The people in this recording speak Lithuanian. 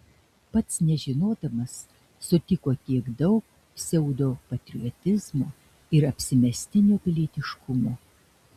pats nežinodamas sutiko tiek daug pseudopatriotizmo ir apsimestinio pilietiškumo